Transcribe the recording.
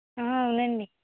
అవునండి